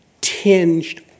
tinged